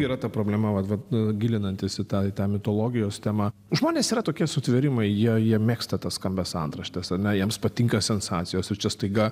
yra ta problema vat vat gilinantis į tą į tą mitologijos temą žmonės yra tokie sutvėrimai jie jie mėgsta tas skambias antraštes ar ne jiems patinka sensacijos o čia staiga